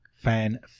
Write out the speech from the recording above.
Fan